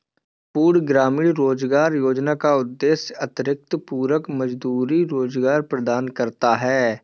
संपूर्ण ग्रामीण रोजगार योजना का उद्देश्य अतिरिक्त पूरक मजदूरी रोजगार प्रदान करना है